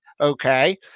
okay